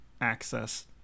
access